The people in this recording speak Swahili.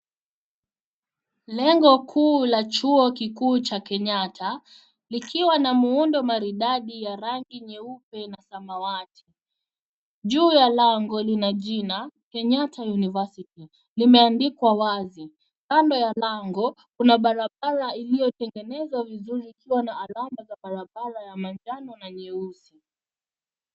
Lango kuu la chuo Kikuu cha Kenyatta likiwa na muundo maridadi wa rangi nyeupe na samawati. Juu ya lango, lina jina Kenyatta University limeandikwa wazi. Kando ya lango, kuna barabara iliyotengenezwa vizuri, ikiwa na alama za barabara za manjano na nyeusi.